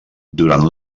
durant